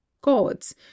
gods